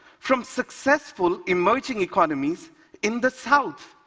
from successful emerging economies in the south.